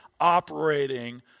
operating